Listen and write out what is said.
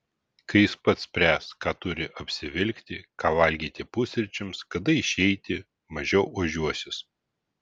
kai jis pats spręs ką turi apsivilkti ką valgyti pusryčiams kada išeiti mažiau ožiuosis